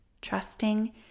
trusting